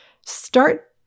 Start